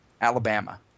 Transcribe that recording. Alabama